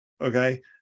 okay